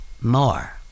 more